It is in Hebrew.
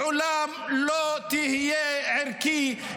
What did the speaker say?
לעולם לא תהיה ערכי,